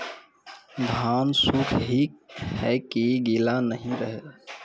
धान सुख ही है की गीला नहीं रहे?